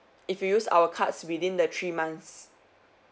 if you used our cards within the three months